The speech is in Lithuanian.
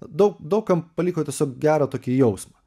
daug daug kam paliko tiesiog gerą tokį jausmą